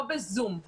לא בזום,